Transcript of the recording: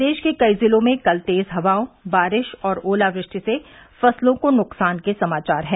प्रदेश के कई जिलों में कल तेज हवाओं बारिश और ओलावृष्टि से फसलों को नुकसान के समाचार हैं